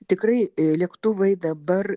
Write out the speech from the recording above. tikrai lėktuvai dabar